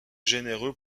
généreux